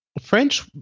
French